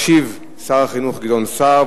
ישיב שר החינוך גדעון סער.